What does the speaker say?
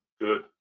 Good